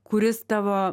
kuris tavo